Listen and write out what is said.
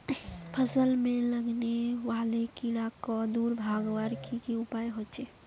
फसल में लगने वाले कीड़ा क दूर भगवार की की उपाय होचे?